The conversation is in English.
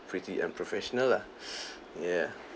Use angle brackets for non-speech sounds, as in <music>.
pretty unprofessional lah <breath> yeah